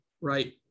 right